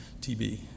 TB